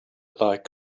like